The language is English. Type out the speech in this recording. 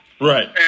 Right